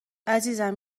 عزیزم